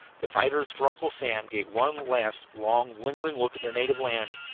the fighters for uncle sam gave one last, long, lingering look at their native land.